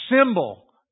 symbol